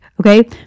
Okay